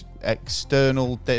external